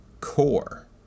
core